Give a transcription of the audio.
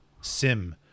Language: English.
Sim